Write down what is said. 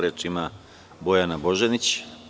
Reč ima Bojana Božanić.